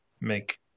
make